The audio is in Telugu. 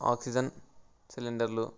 ఆక్సిజన్ సిలిండర్లు